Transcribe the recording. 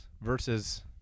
versus